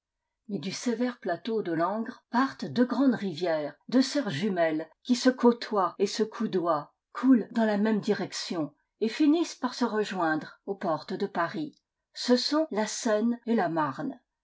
mais du sévère plateau de langres partent deux grandes rivières deux sœurs jumelles qui se côtoient et se coudoient coulent dans la même direction et finissent par se rejoindre aux portes de paris ce sont la seine et la marne